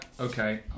Okay